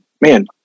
man